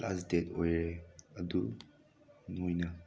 ꯂꯥꯁ date ꯑꯣꯏꯔꯦ ꯑꯗꯨ ꯅꯣꯏꯅ